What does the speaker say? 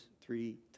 three